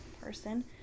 person